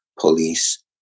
police